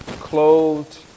clothed